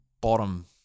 bottom